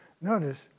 Notice